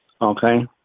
Okay